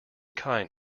kind